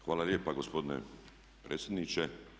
Hvala lijepa gospodine predsjedniče.